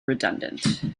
redundant